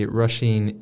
rushing